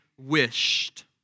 wished